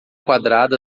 quadrada